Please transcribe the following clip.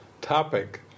topic